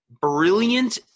brilliant